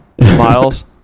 Miles